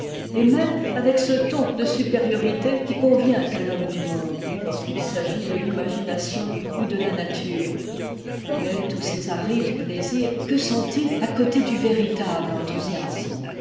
et même avec ce ton de supériorité qui convient à l'homme du monde lorsqu'il s'agit de l'imagination ou de la nature mais tous ces arides plaisirs que sont-ils à côté du véritable enthousiasme